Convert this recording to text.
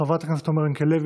חברת הכנסת עומר ינקלביץ'